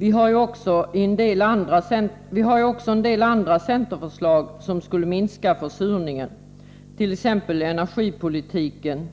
Vi har också en del andra centerförslag som skulle minska försurningen, t.ex. i energipolitiken och genom